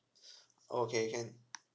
okay can